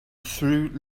through